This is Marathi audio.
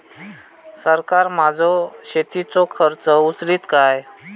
सरकार माझो शेतीचो खर्च उचलीत काय?